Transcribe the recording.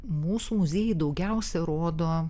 mūsų muziejai daugiausia rodo